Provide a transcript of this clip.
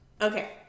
okay